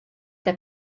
tal